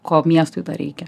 ko miestui dar reikia